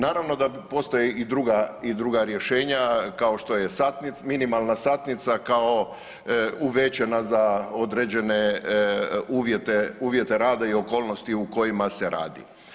Naravno da postoje i druga rješenja, kao što je minimalna satnica, kao uvećana za određene uvjete rada i okolnosti u kojima se radi.